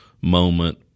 moment